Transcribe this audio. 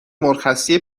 مرخصی